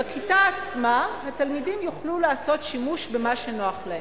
בכיתה עצמה התלמידים יוכלו לעשות שימוש במה שנוח להם.